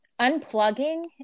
unplugging